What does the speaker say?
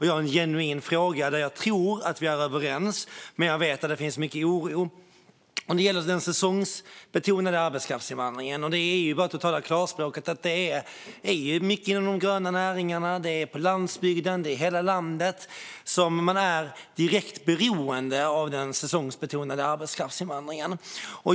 Jag har en genuin fråga där jag tror att vi är överens men där jag vet att det finns mycket oro, och det gäller den säsongsbetonade arbetskraftsinvandringen. Det är bara att tala klarspråk: Inom en stor del av de gröna näringarna, på landsbygden och i hela landet, är man direkt beroende av den säsongsbetonade arbetskraftsinvandringen.